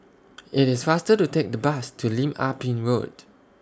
IT IS faster to Take The Bus to Lim Ah Pin Road